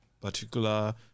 particular